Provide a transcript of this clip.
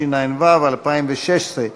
התשע"ו 2016,